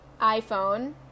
iPhone